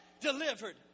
delivered